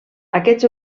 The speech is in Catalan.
aquests